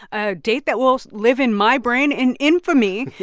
a date that will live in my brain in infamy,